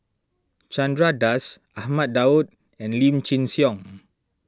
Chandra Das Ahmad Daud and Lim Chin Siong